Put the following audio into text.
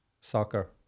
soccer